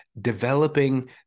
developing